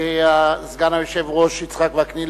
סגן היושב-ראש יצחק וקנין,